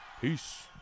Peace